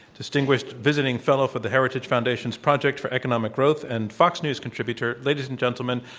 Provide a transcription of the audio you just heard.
distinguished visiting fellow for the heritage foundation's project for economic growth and fox news contributor. ladies and gentlemen,